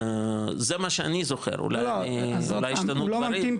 זה מה שאני זוכר, אולי השתנו דברים.